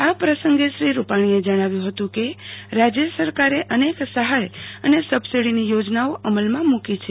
આ પસગે શ્રી રૂપાણીએ જણાવ્યું હતું કે રાજય સરકાર અનેક સહાય અને સબસીડીની યોજનાઓ અમલમાં મકી છે